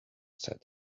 said